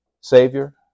savior